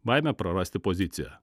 baimė prarasti poziciją